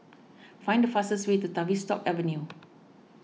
find the fastest way to Tavistock Avenue